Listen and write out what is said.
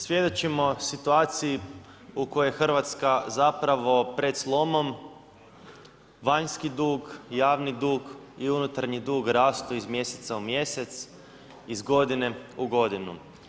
Svjedočimo situaciji u kojoj je Hrvatska zapravo pred slomom, vanjski dug, javni dug i unutarnji dug rastu iz mjeseca u mjesec, iz godine u godinu.